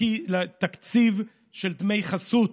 תקציב של דמי חסות,